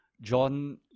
John